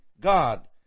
God